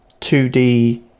2D